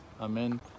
Amen